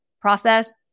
Process